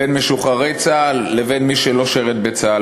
בין משוחררי צה"ל לבין מי שלא שירת בצה"ל,